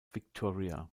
victoria